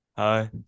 Hi